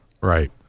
Right